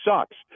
sucks